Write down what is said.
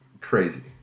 crazy